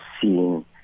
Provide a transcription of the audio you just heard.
seeing